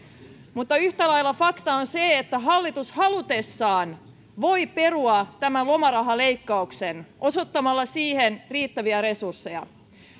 mutta yhtä lailla faktaa on se että hallitus halutessaan voi perua tämän lomarahaleikkauksen osoittamalla siihen riittäviä resursseja